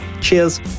Cheers